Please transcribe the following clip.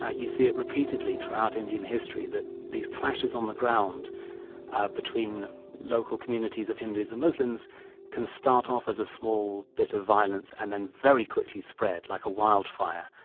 ah you see it repeatedly throughout indian history that these clashes on the ground between local communities of hindus and muslims can start off as a small bit of violence and then very quickly spread, like a wildfire,